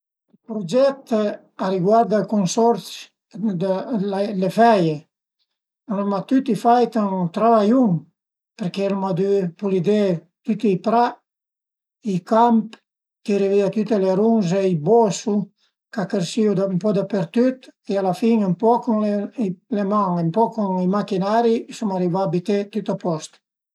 Me prim travai al e stait ën la scola, a m'piazìa, ma al a piazume sempre d'pi, i eru pöi pa gnanch tant cunvint cuand l'ai cumincià, pöi però man man che sun andait avanti sun sempre pi apasiuname e l'ai cuntinuà fin che sun andait ën pensiun